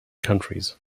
countries